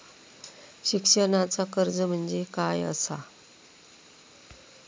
शिक्षणाचा कर्ज म्हणजे काय असा?